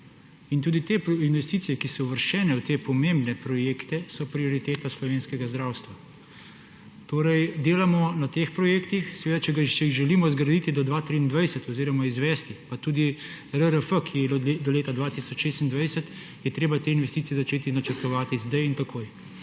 In tudi te investicije, ki so uvrščene v te pomembne projekte, so prioriteta slovenskega zdravstva. Torej delamo na teh projektih. Če jih želimo zgraditi do 2023 oziroma izvesti, pa tudi RRF, ki je do leta 2026, je treba te investicije začeti načrtovati zdaj in takoj.